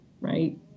right